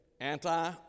anti